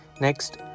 Next